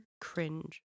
Cringe